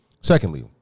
secondly